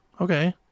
Okay